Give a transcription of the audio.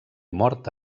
mort